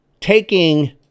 taking